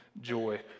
joy